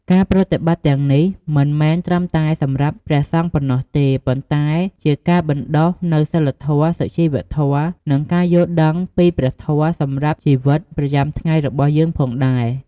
ការប្រតិបត្តិទាំងនេះមិនមែនត្រឹមតែសម្រាប់ព្រះសង្ឃប៉ុណ្ណោះទេ ប៉ុន្តែជាការបណ្តុះនូវសីលធម៌ សុជីវធម៌ និងការយល់ដឹងពីព្រះធម៌សម្រាប់ជីវិតប្រចាំថ្ងៃរបស់យើងផងដែរ។